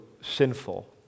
sinful